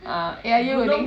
ah eh are you